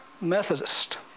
Methodist